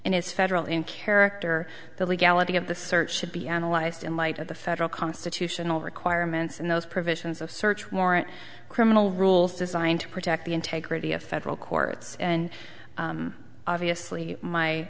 and is federal in character the legality of the search should be analyzed in light of the federal constitutional requirements and those provisions of search warrant criminal rules designed to protect the integrity of federal courts and obviously my